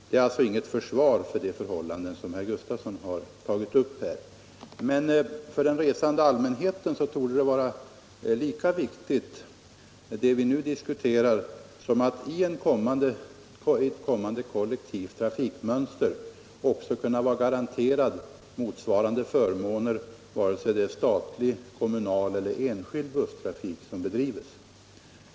Detta är inget försvar för de förhållanden som herr Gustafson har pekat på, men för den resande allmänheten torde det vara angeläget att man i ett kommande kollektivt trafikmönster också är garanterad motsvarande förmåner, vare sig det är statlig, kommunal eller enskild busstrafik som bedrivs.